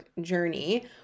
journey